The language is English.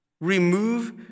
remove